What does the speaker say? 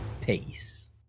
Peace